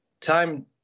Time